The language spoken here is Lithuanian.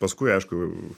paskui aišku